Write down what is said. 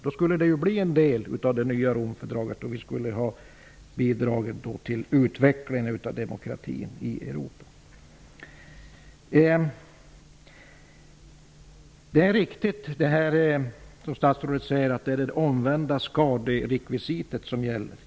Då skulle det ju bli en del av det nya Romfördraget, och vi skulle då ha bidragit till utvecklingen av demokratin i Europa! Det är riktigt, som statsrådet säger, att det omvända skaderekvisitet som gäller.